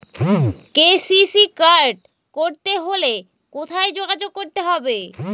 KCC card করতে হলে কোথায় যোগাযোগ করতে হবে?